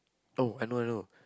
oh I know I know